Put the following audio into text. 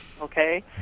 okay